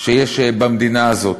שיש במדינה הזאת,